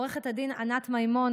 עו"ד ענת מימון,